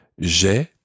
J'ai